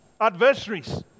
adversaries